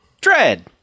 Dread